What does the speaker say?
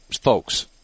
folks